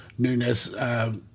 Nunez